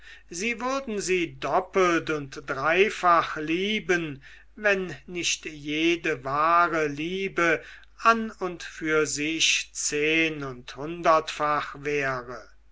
sie würden sie doppelt und dreifach lieben wenn nicht jede wahre liebe an und für sich zehn und hundertfach wäre